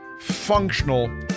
functional